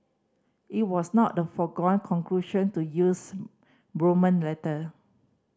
it was not the foregone conclusion to use Roman letter